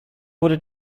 wurde